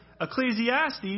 Ecclesiastes